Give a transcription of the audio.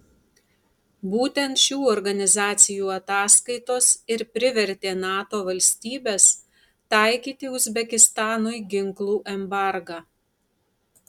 būtent šių organizacijų ataskaitos ir privertė nato valstybes taikyti uzbekistanui ginklų embargą